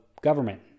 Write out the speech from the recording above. government